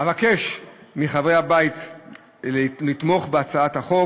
אבקש מחברי הבית לתמוך בהצעת החוק,